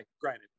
granted